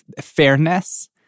fairness